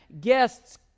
guests